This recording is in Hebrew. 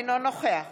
אינו נוכח